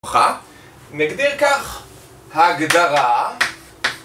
חה. נגדיר כך הגדרה...